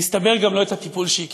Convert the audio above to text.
ומסתבר שגם לא את הטיפול שהיא קיבלה.